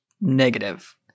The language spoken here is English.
Negative